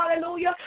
Hallelujah